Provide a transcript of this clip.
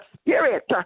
spirit